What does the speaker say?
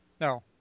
No